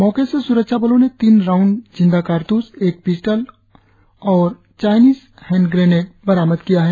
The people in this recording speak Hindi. मौके से स्रक्षाबलों ने तीन राउंड जिंदा कारत्स एक पिस्टल और चाईनिस हेंड ग्रेनेड बरामद किया है